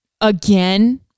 again